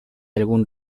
algún